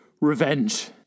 Revenge